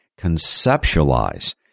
conceptualize